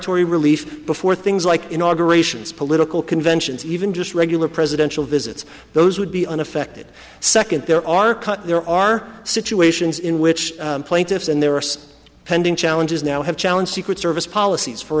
declaratory relief before things like inaugurations political conventions even just regular presidential visits those would be unaffected second there are cut there are situations in which plaintiffs and there are pending challenges now have challenge secret service policies for